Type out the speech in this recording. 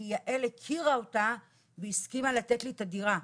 כי יעל הכירה את בעלת הבית והיא הסכימה לתת לי את הדירה.